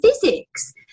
physics